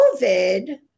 COVID